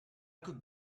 could